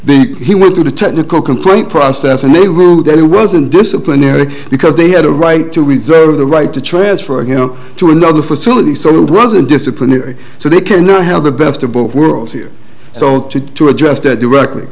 think he went through the technical complaint process and they learned that it wasn't disciplinary because they had a right to reserve the right to transfer him to another facility so it was a disciplinary so they cannot have the best of both worlds here so to address that directly